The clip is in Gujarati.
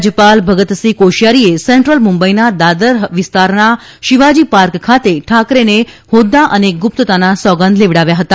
રાજ્યા ાલ ભગતસિંહ કોશીયારીએ સેન્ટ્રલ મુંબઇના દાદર વિસ્તારના શિવાજી ૌાર્ક ખાતે ઠાકરેને હોદ્દા અને ગુપ્તતાના સોગંદ લેવડાવ્યા હતા